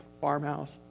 farmhouse